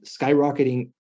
skyrocketing